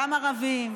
גם ערבים,